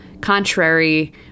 Contrary